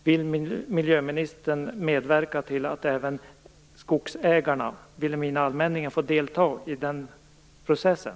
Vill miljöministern medverka till att även skogsägarna, Vilhelmina allmänning, får delta i processen?